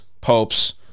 popes